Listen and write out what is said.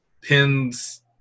pins